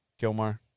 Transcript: Gilmar